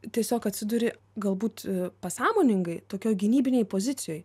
tiesiog atsiduri galbūt pasąmoningai tokioj gynybinėj pozicijoj